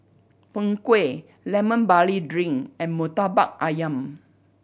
Png Kueh Lemon Barley Drink and Murtabak Ayam